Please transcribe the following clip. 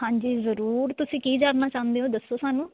ਹਾਂਜੀ ਜ਼ਰੂਰ ਤੁਸੀਂ ਕੀ ਜਾਣਨਾ ਚਾਹੁੰਦੇ ਹੋ ਦੱਸੋ ਸਾਨੂੰ